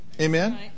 Amen